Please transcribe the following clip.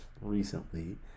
recently